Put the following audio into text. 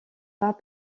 pas